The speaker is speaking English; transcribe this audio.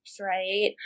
right